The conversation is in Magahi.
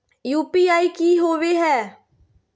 यू.पी.आई की होवे है?